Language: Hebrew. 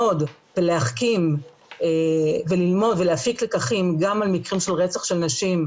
ללמוד ולהחכים ולהפיק לקחים גם על מקרים של רצח של נשים,